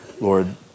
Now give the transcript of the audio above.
Lord